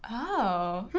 oh.